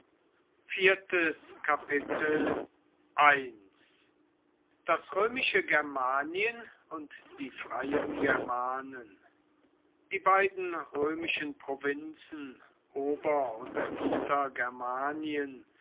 das römische germanien und die freien germanen die beiden römischen provinzen ober und